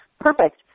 Perfect